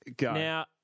Now